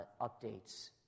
updates